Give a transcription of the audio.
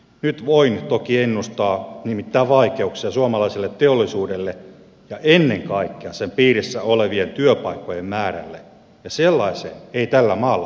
nyt voin toki ennustaa nimittäin vaikeuksia suomalaiselle teollisuudelle ja ennen kaikkea sen piirissä olevien työpaikkojen määrälle ja sellaiseen ei tällä maalla ole varaa